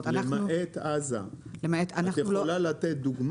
למעט עזה, את יכולה לתת דוגמה.